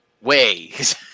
ways